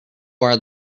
are